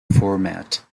format